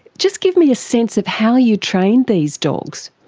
just give me a sense of how you trained these dogs.